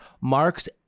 Marx